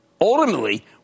ultimately